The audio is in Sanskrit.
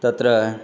तत्र